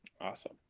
awesome